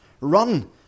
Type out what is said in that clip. run